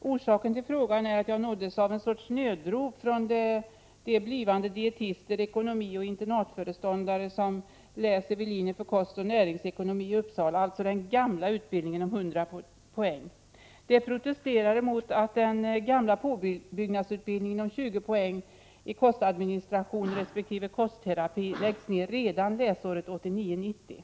Orsaken till frågan är att jag nåddes av en sorts nödrop från de blivande dietister, ekonomioch internatföreståndare som läser vid linjen för kostoch näringsekonomi i Uppsala, alltså den gamla utbildningen på 100 poäng. De protesterade mot att den gamla påbyggnadsutbildningen om 20 poäng i kostadministration resp. kostterapi läggs ner redan läsåret 1989/90.